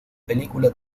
película